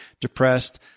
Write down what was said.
depressed